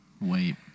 wait